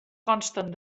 consten